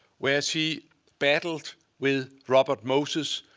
where she battled with robert moses,